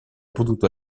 potuto